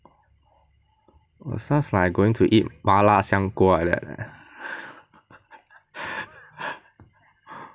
sounds like going to eat ma la xiang guo like that leh